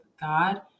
God